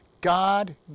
God